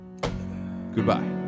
Goodbye